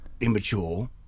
immature